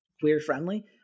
queer-friendly